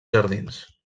jardins